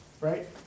right